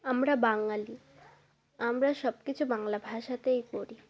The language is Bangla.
আমরা বাঙালি আমরা সব কিছু বাংলা ভাষাতেই করি